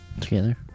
Together